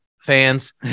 fans